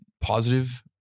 positive